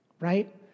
right